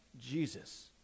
Jesus